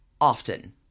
often